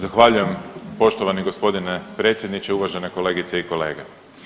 Zahvaljujem poštovani gospodine predsjedniče, uvažene kolegice i kolege.